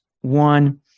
one